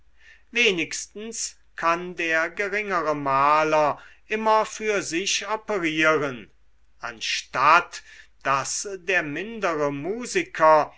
wenigstens kann der geringere maler immer für sich operieren anstatt daß der mindere musiker